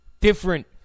different